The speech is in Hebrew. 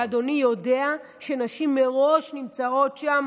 אדוני יודע שנשים מראש נמצאות שם,